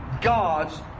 God's